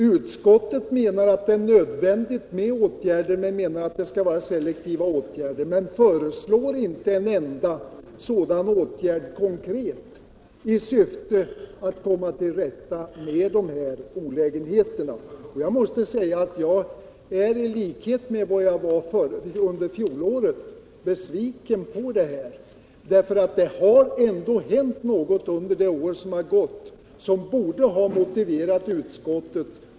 Utskottet menar att det är nödvändigt med selektiva åtgärder, men föreslår inte en enda sådan åtgärd i syfte att komma till rätta med de här olägenheterna.. Jag måste säga att jag, liksom i fjol, är besviken. Det har ändå under det år som har gått hänt saker som borde ha motiverat utskottet att se litet allvarligare på en fråga som är så viktig för tusentals hyresgäster i det här landet, framför allt i storstadsområdena som direkt drabbas av den här verksamheten.